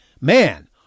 man